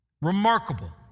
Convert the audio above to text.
Remarkable